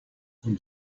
und